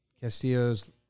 Castillo's